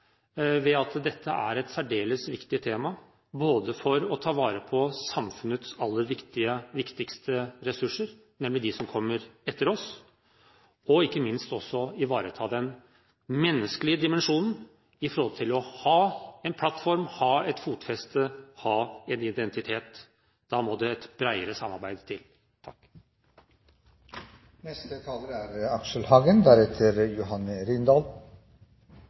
at dette er et særdeles viktig tema, både for å ta vare på samfunnets aller viktigste ressurser, nemlig dem som kommer etter oss, og ikke minst for å ivareta den menneskelige dimensjonen i forhold til å ha en plattform, ha et fotfeste, ha en identitet. Da må det et bredere samarbeid til.